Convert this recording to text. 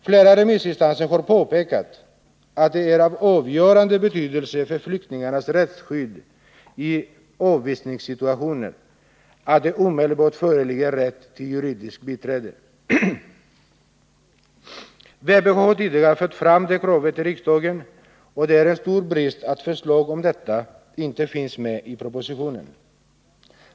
Flera remissinstanser har påpekat att det är av avgörande betydelse för flyktingars rättsskydd i avvisningssituationer att det omedelbart föreligger rätt till juridiskt biträde. Vpk har tidigare fört fram det kravet i riksdagen, och det är en stor brist att förslag om detta inte finns med i propositionen.